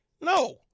No